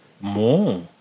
more